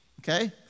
okay